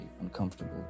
uncomfortable